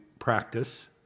practice